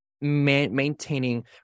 maintaining